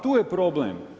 Tu je problem.